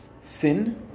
sin